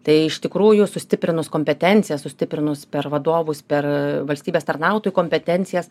tai iš tikrųjų sustiprinus kompetenciją sustiprinus per vadovus per valstybės tarnautojų kompetencijas